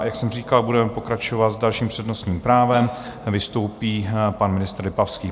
Jak jsem říkal, budeme pokračovat a s dalším přednostním právem vystoupí pan ministr Lipavský.